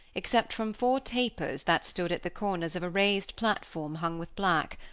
except from four tapers that stood at the corners of a raised platform hung with black,